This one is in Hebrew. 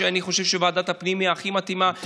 אני חושב שוועדת הפנים היא הכי מתאימה,